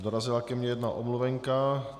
Dorazila ke mně jedna omluvenka.